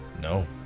no